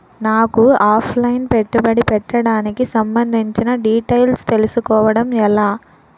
నాకు offline పెట్టుబడి పెట్టడానికి సంబందించిన డీటైల్స్ తెలుసుకోవడం ఎలా?